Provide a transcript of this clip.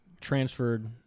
transferred